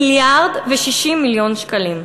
מיליארד ו-60 מיליון שקלים.